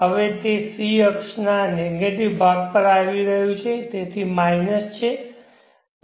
હવે તે c અક્ષના નેગેટિવ ભાગ પર આવી રહ્યું છે તેથી માઇનસ છે